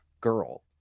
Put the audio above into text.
girl